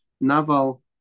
Naval